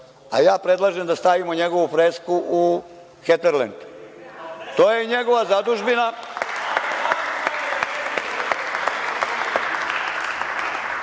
A ja predlažem da stavimo njegovu fresku u Heterlend, to je njegova zadužbina.